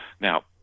Now